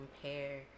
compare